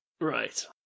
Right